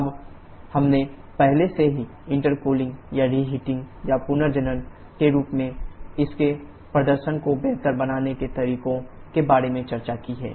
अब हमने पहले से ही इंटेरकूलिंग या रीहेटिंग या पुनर्जनन के रूप में इसके प्रदर्शन को बेहतर बनाने के तरीकों के बारे में चर्चा की है